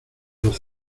los